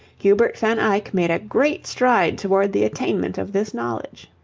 hubert van eyck made a great stride toward the attainment of this knowledge.